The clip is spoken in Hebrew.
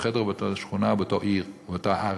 חדר או באותה שכונה או באותה עיר או באותה ארץ?